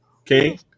Okay